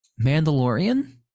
Mandalorian